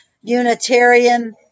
Unitarian